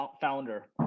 founder